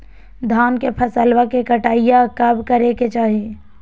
धान के फसलवा के कटाईया कब करे के चाही?